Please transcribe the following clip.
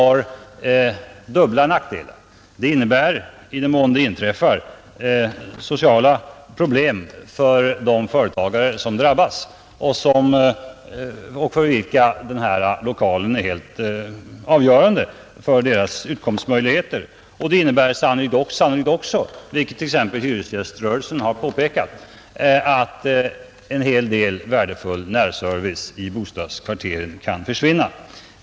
Det innebär, i den mån det inträffar, sociala problem för de företagare som drabbas och för vilka den här lokalen är helt avgörande när det gäller utkomstmöjligheterna. Det innebär sannolikt också — vilket t.ex. hyresgäströrelsen har påpekat — att en hel del värdefull närservice i bostadskvarteren kan försvinna.